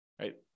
right